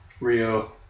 Rio